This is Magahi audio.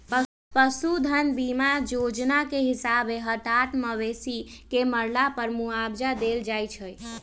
पशु धन बीमा जोजना के हिसाबे हटात मवेशी के मरला पर मुआवजा देल जाइ छइ